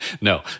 No